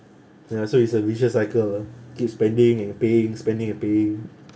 ya so it's a vicious cycle ah keep spending and paying spending and paying